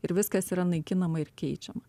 ir viskas yra naikinama ir keičiama